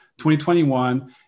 2021